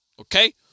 Okay